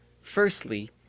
Firstly